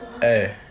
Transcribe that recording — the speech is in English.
Hey